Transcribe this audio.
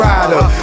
Rider